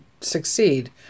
succeed